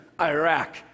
Iraq